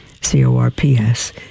C-O-R-P-S